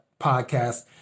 podcast